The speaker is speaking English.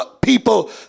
people